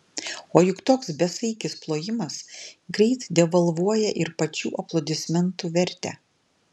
o juk toks besaikis plojimas greit devalvuoja ir pačių aplodismentų vertę